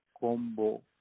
Combo